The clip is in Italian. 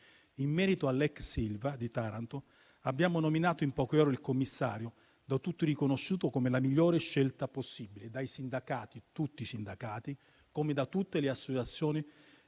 In merito all'ex Ilva di Taranto, abbiamo nominato in poche ore il commissario, da tutti riconosciuto come la migliore scelta possibile (dai sindacati, tutti i sindacati, come da tutte le associazioni